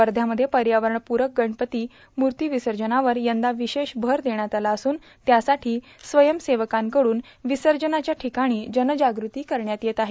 वर्ध्यामध्ये पर्यावरणपुरक गणपती मुर्ती विसर्जनावर यंदा विशेष भर देण्यात आला असून त्यासाठी स्वयंसेवकाकडून विसर्जनाच्या ठिकाणी जनजागृती करण्यात येत आहे